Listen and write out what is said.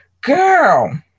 Girl